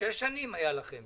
היו לכם